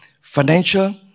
financial